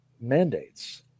mandates